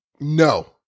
No